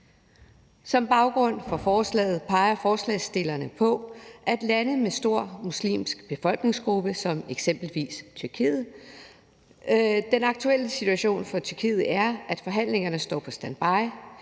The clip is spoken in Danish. forslaget peger forslagsstillerne på lande med en stor muslimsk befolkningsgruppe som eksempelvis Tyrkiet. Den aktuelle situation for Tyrkiet er, at forhandlingerne står på standby,